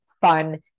fun